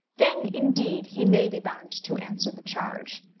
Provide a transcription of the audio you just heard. then, indeed, he may be bound to answer the charge.